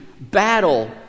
battle